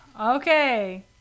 Okay